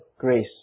grace